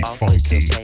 funky